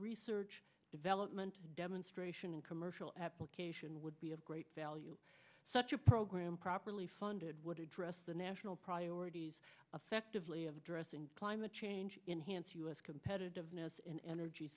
research development demonstration and commercial application would be of great value such a program properly funded would address the national priorities affectively of addressing climate change enhanced u s competitiveness in energy